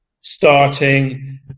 starting